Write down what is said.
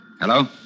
Hello